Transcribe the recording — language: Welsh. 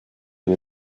dyw